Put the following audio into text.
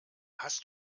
hast